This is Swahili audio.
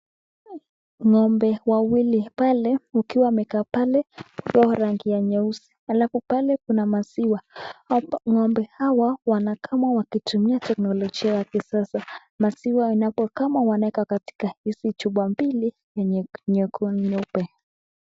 Ng'ombe wawili pale ikiwa wamekaa pale wa rangi ya nyeusi alafu pale kuna maziwa, ngombe hawa wanakamwa kwa kutumia teknologia ya kisasa, maziwa inapo kamwa wanaweka katika hizi chupa mbili yenye nyeupe.